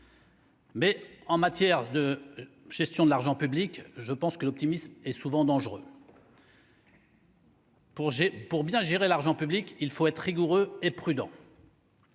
Mais en matière de gestion de l'argent public, je pense que l'optimisme et souvent dangereux. Pour ai pour bien gérer l'argent public, il faut être rigoureux et prudent.